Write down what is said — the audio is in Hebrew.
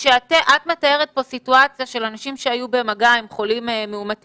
את מתארת פה סיטואציה של אנשים שהיו במגע עם חולים מאומתים